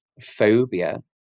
phobia